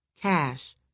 cash